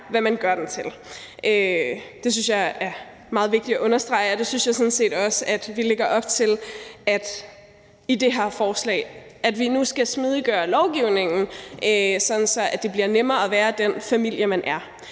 hvad man gør den til. Det synes jeg er meget vigtigt at understrege, og jeg synes sådan set også, at vi i det her forslag lægger op til, at vi nu skal smidiggøre lovgivningen, sådan at det bliver nemmere at være den familie, man er.